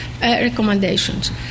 recommendations